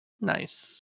Nice